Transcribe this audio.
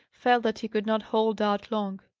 felt that he could not hold out long.